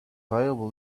viable